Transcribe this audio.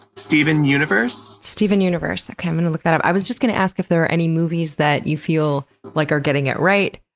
steven universe. steven universe. okay. i'm gonna look that up. i was just going to ask if there were any movies that you feel like are getting it right?